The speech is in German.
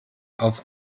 auf